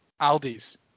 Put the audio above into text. Aldi's